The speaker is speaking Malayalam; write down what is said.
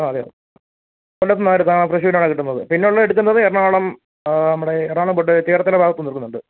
ആ അതെ അതെ കൊല്ലത്തുനിന്നാണ് എടുക്കുക ഫ്രഷ് മീനാണ് കിട്ടുന്നത് പിന്നുള്ളത് എടുക്കുന്നത് എറണാകുളം നമ്മുടെ എറണാകുളം പോട്ടെ ചേർത്തല ഭാഗത്തുനിന്ന് എടുക്കുന്നുണ്ട്